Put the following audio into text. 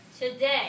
today